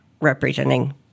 representing